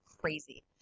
crazy